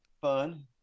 Fun